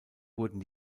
wurden